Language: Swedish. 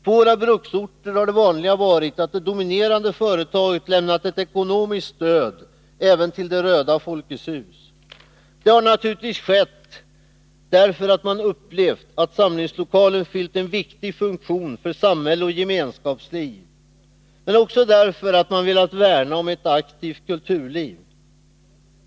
På våra bruksorter har det vanliga varit att det dominerande företaget lämnat ett ekonomiskt stöd även till det röda Folkets hus. Detta har naturligtvis skett därför att man upplevt att samlingslokalen fyllt en viktig funktion för samhälle och gemenskapsliv, men också därför att man velat värna om ett aktivt kulturliv.